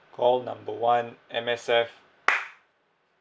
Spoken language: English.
call number one M_S_F